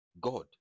God